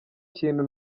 kintu